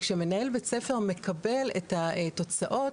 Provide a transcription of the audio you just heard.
כמנהל בית ספר מקבל את התוצאות,